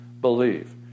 believe